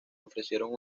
ofrecieron